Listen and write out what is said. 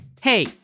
Hey